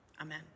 Amen